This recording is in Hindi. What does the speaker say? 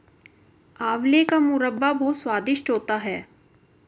आंवले का मुरब्बा बहुत स्वादिष्ट होता है